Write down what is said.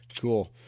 Cool